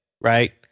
Right